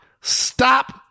stop